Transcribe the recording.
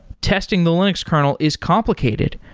testing the linux kernel is complicated,